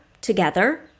together